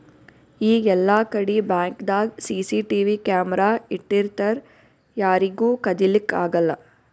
ಈಗ್ ಎಲ್ಲಾಕಡಿ ಬ್ಯಾಂಕ್ದಾಗ್ ಸಿಸಿಟಿವಿ ಕ್ಯಾಮರಾ ಇಟ್ಟಿರ್ತರ್ ಯಾರಿಗೂ ಕದಿಲಿಕ್ಕ್ ಆಗಲ್ಲ